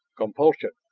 compulsion!